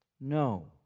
no